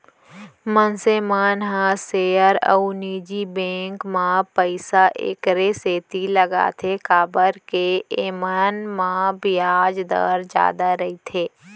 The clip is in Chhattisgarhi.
मनसे मन ह सेयर अउ निजी बेंक म पइसा एकरे सेती लगाथें काबर के एमन म बियाज दर जादा रइथे